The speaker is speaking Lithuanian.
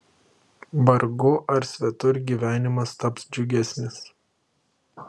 vargu ar svetur gyvenimas taps džiugesnis